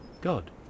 God